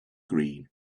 green